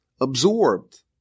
absorbed